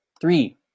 Three